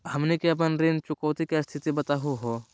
हमनी के अपन ऋण चुकौती के स्थिति बताहु हो?